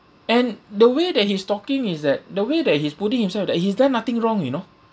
and the way that he's talking is that the way that he's putting himself that he's done nothing wrong you know